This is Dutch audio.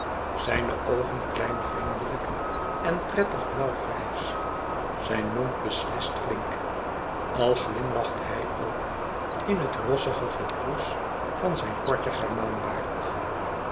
zijne oogen klein vriendelijk en prettig blauw grijs zijn mond beslist flink al glimlachte hij ook in het rossige gekroes van zijn